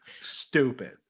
stupid